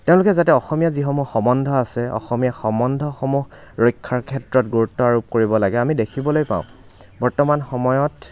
তেওঁলোকে যাতে অসমীয়া যিসমূহ সমন্ধ আছে অসমীয়া সমন্ধসমূহ ৰক্ষাৰ ক্ষেত্ৰত গুৰুত্ব আৰোপ কৰিব লাগে আমি দেখিবলৈ পাওঁ বৰ্তমান সময়ত